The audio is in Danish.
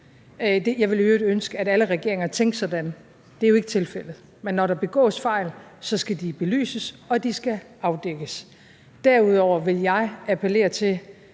i øvrigt ønske, at alle regeringer tænkte sådan – det er jo ikke tilfældet. Men når der begås fejl, skal de belyses, og de skal afdækkes. Derudover vil jeg appellere til,